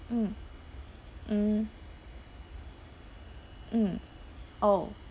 mm mm mm oh